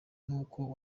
nuko